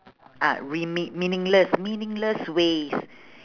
ah meaning meaningless meaningless ways